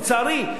לצערי,